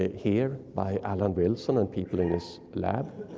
here, by allan wilson and people in his lab.